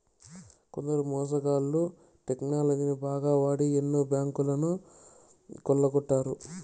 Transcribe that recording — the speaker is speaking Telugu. కొందరు మోసగాళ్ళు టెక్నాలజీని బాగా వాడి ఎన్నో బ్యాంకులను కొల్లగొట్టారు